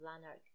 Lanark